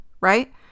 right